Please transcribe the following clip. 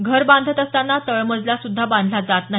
घर बांधत असतांना तळमजला सुद्धा बांधला जात नाही